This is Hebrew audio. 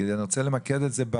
- כי אני רוצה למקד את זה,